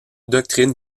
doctrine